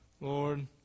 Lord